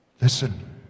Listen